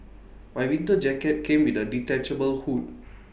my winter jacket came with A detachable hood